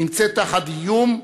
נמצאים באיום,